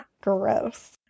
Gross